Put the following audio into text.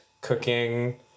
cooking